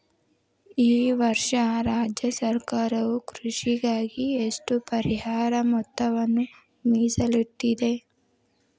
ಈ ವರ್ಷ ರಾಜ್ಯ ಸರ್ಕಾರವು ಕೃಷಿಗಾಗಿ ಎಷ್ಟು ಪರಿಹಾರ ಮೊತ್ತವನ್ನು ಮೇಸಲಿಟ್ಟಿದೆ?